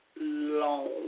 long